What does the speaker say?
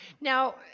Now